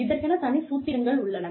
இதற்கென தனி சூத்திரங்கள் உள்ளன